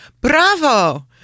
Bravo